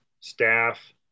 staff